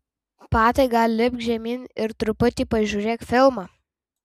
patai gal lipk žemyn ir truputį pažiūrėk filmą